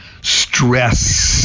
stress